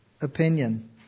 opinion